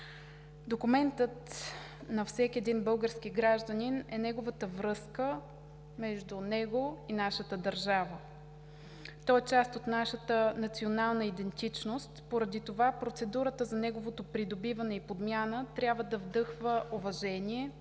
Документът на всеки един български гражданин е неговата връзка с нашата държава. Той е част от нашата национална идентичност. Поради това процедурата за неговото придобиване и подмяна трябва да вдъхва уважение,